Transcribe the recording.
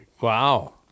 Wow